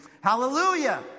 Hallelujah